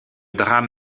drame